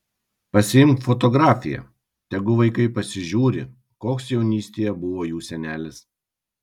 pasiimk fotografiją tegu vaikai pasižiūri koks jaunystėje buvo jų senelis